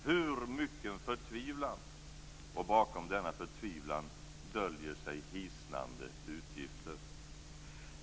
Hur mycken förtvivlan finns inte här, och bakom denna förtvivlan döljer sig hisnande utgifter.